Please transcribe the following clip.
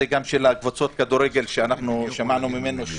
אם יש מתווה חדש ופרויקטור ודיונים קדחתניים ויש